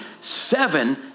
seven